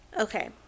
Okay